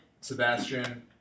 Sebastian